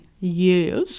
Yes